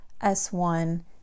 S1